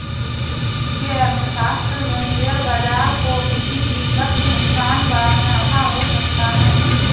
वित्तीय अर्थशास्त्र में शेयर बाजार को किसी भी वक्त नुकसान व मुनाफ़ा हो सकता है